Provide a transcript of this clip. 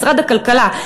משרד הכלכלה.